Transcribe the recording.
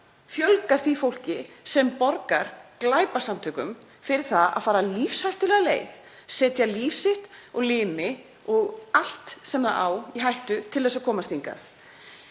fjölgar því fólki sem borgar glæpasamtökum fyrir að fara lífshættulega leið, leggja líf sitt og limi og allt sem það á í hættu, til að komast hingað.